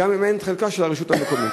גם אם אין את חלקה של הרשות המקומית.